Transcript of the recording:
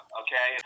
okay